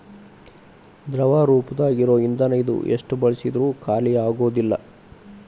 ದ್ರವ ರೂಪದಾಗ ಇರು ಇಂದನ ಇದು ಎಷ್ಟ ಬಳಸಿದ್ರು ಖಾಲಿಆಗುದಿಲ್ಲಾ